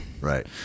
Right